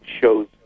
shows